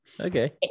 Okay